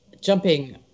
jumping